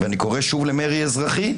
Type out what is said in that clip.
ואני קורא שוב למרי אזרחי.